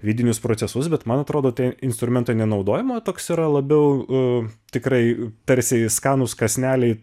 vidinius procesus bet man atrodo tie instrumentai nenaudojama toks yra labiau tikrai tarsi skanūs kąsneliai